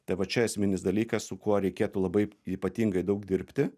tai va čia esminis dalykas su kuo reikėtų labai ypatingai daug dirbti